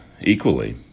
equally